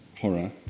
horror